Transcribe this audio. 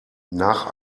nach